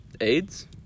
AIDS